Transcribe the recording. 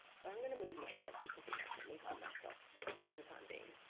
so i'm going to move myself because it won't let me hide myself for the time being.